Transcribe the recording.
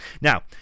now